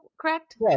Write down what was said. correct